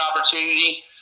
opportunity